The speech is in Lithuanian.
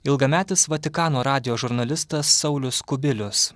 ilgametis vatikano radijo žurnalistas saulius kubilius